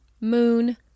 moon